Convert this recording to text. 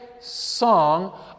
song